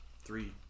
three